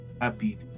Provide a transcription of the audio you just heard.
happy